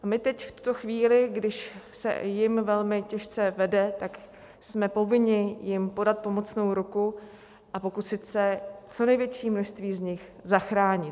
A my teď, v tuto chvíli, když se jim velmi těžce vede, jsme povinni jim podat pomocnou ruku a pokusit se co největší množství z nich zachránit.